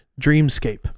Dreamscape